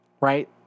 Right